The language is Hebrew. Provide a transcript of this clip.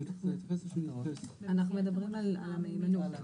אנחנו מדברים על המהימנות.